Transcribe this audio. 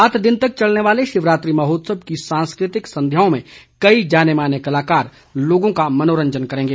सात दिन तक चलने वाले शिवरात्रि महोत्सव की सांस्कृतिक संध्याओं में कई जाने माने कलाकार लोगों का मनोरंजन करेंगे